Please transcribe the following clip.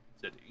city